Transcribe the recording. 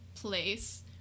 place